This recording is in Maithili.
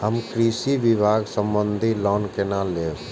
हम कृषि विभाग संबंधी लोन केना लैब?